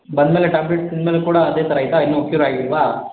ಬಂದಮೇಲೆ ಟ್ಯಾಬ್ಲೆಟ್ ತಿಂದಮೇಲೆ ಕೂಡ ಅದೇ ಥರ ಐತ ಇನ್ನೂ ಕ್ಯೂರ್ ಆಗಿಲ್ವ